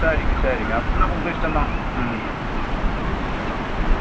சரிங்க சரிங்க அப்படின்னா உங்கள் இஸ்டம் தான் ம் ம்